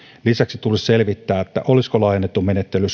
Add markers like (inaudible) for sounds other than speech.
lisäksi tulisi selvittää olisiko laajennettu menettely (unintelligible)